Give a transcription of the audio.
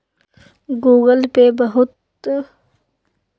Google Pay पर बहुत प्रकार के ऑनलाइन भुगतान सर्विस दे हय